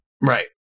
Right